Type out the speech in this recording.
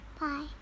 Bye